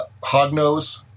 hognose